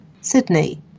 Sydney